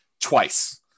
twice